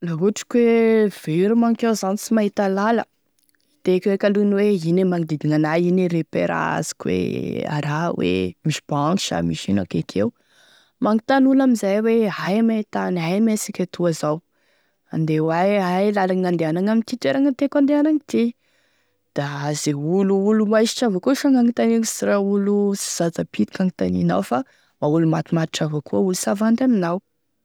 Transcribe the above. La ohatry koe very manko iaho zao sy mahita lala, hitenko eky aloha ny hoe ino e magnodidigny ana, ino e repère azoko hoe a raha hoe misy banque sa misy ino akaiky eo, magnontany olo amin'zay hoe aia mein e tany aia mein asika etoa zao, handeha howaia aia e lalagny mandeha amin'ity toeragny tiako handehanagny ty, da ze olo, olo mahisitry avao koa gn'agnontaniagny fa sy raha olo sy zaza pitiky gn'agnontanianao fa mba olo matomatotry avao koa olo sy havandy aminao.